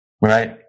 Right